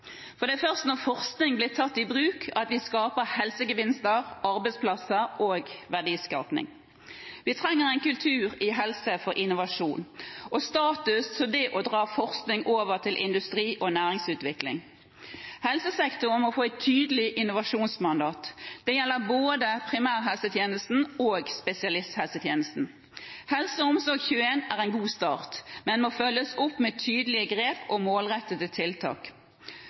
for det er først når forskning blir tatt i bruk, at vi skaper helsegevinster, arbeidsplasser og verdiskaping. Vi trenger en kultur i helse for innovasjon og status til det å dra forskning over til industri- og næringsutvikling. Helsesektoren må få et tydelig innovasjonsmandat. Det gjelder både primærhelsetjenesten og spesialisthelsetjenesten. HelseOmsorg21 er en god start, men må følges opp med tydelige grep og målrettede tiltak.